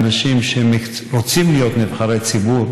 אנשים שרוצים להיות נבחרי ציבור